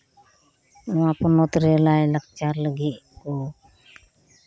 ᱱᱚᱶᱟ ᱯᱚᱱᱚᱛᱨᱮ ᱞᱟᱭᱼᱞᱟᱠᱪᱟᱨ ᱞᱟᱹᱜᱤᱫ ᱠᱚ